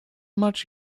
much